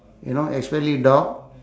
you know especially dog